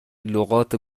لغات